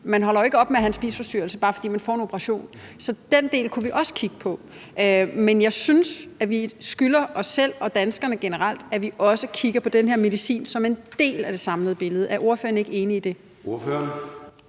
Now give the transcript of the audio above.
man holder jo ikke op med at have en spiseforstyrrelse, bare fordi man får en operation. Så den del kunne vi også kigge på, men jeg synes, at vi skylder os selv og danskerne generelt, at vi også kigger på den her medicin som en del af det samlede billede. Er ordføreren ikke enig i det? Kl.